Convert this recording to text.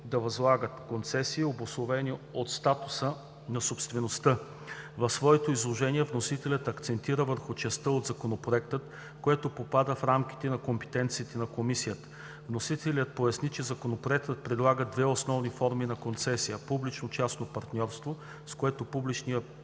да възлагат концесии, обусловени от статуса на собствеността. В своето изложение вносителят акцентира върху частта от Законопроекта, която попада в рамките на компетенции на Комисията. Вносителят поясни, че Законопроектът предлага две основни форми на концесия: публично частно партньорство, с което публичният